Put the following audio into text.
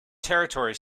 territory